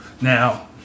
Now